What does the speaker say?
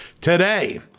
Today